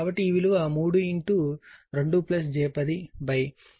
కాబట్టి ఈ విలువ 32j1032j10 అవుతుంది